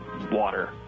water